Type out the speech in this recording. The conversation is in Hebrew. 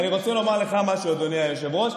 ואני רוצה לומר לך משהו, אדוני היושב-ראש.